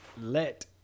let